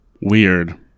Weird